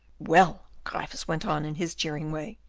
well, gryphus went on, in his jeering way,